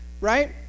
right